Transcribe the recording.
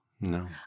No